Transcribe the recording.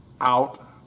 out